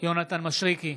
יונתן מישרקי,